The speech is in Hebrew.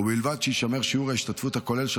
ובלבד שיישמר שיעור ההשתתפות הכולל של